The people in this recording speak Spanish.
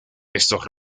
estos